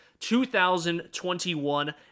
2021